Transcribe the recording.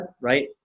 right